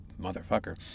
motherfucker